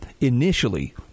initially